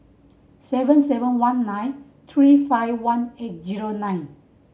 seven seven one nine three five one eight zero nine